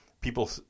People